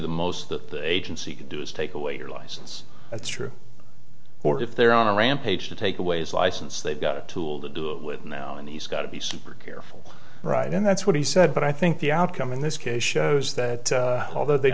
the most that the agency can do is take away your license that's true or if they're on a rampage to take away his license they've got a tool to do it with now and he's got to be super careful right and that's what he said but i think the outcome in this case shows that although they